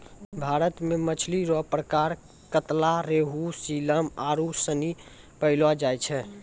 भारत मे मछली रो प्रकार कतला, रेहू, सीलन आरु सनी पैयलो जाय छै